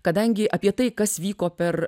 kadangi apie tai kas vyko per